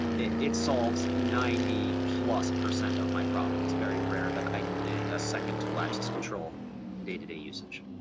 it solves ninety plus percent of my problem. it's very rare that i need a second tool axis control in day-to-day usage.